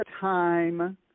time